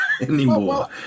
anymore